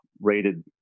rated